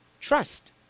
Trust